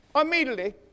immediately